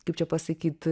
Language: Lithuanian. kaip čia pasakyt